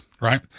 right